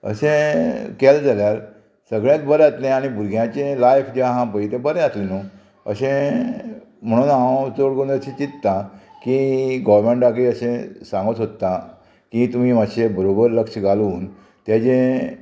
अशें केलें जाल्यार सगळ्यांत बरें जातलें आनी भुरग्यांचे लायफ जें आहा पळय तें बरें जातलें न्हू अशें म्हणून हांव चड करून अशें चिंत्ता की गोवोरमेंटाकय अशें सांगूं सोदता की तुमी मातशें बरोबर लक्ष घालून तेजें